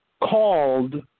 called